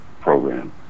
program